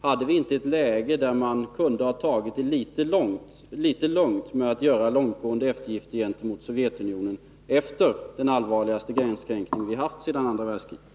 Hade vi då inte ett läge där man kunde ha tagit det litet lugnt med att göra långtgående eftergifter gentemot Sovjetunionen — efter den allvarligaste gränskränkning vi har haft sedan andra världskriget?